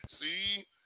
See